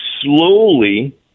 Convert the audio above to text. slowly